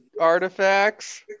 artifacts